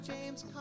James